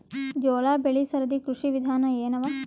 ಜೋಳ ಬೆಳಿ ಸರದಿ ಕೃಷಿ ವಿಧಾನ ಎನವ?